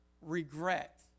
regret